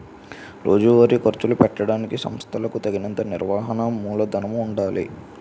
రోజువారీ ఖర్చులు పెట్టడానికి సంస్థలకులకు తగినంత నిర్వహణ మూలధనము ఉండాలి